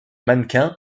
mannequin